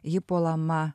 ji puolama